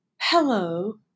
hello